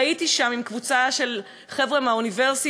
והייתי שם עם קבוצה של חבר'ה מהאוניברסיטה,